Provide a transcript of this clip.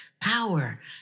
power